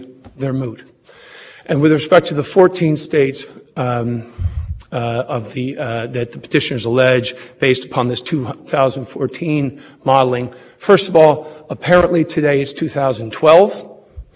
demonstrates nothing this case demonstrates how difficult it is to bring into effect regulation of these types of interstate pollution problems and this court should not